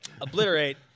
obliterate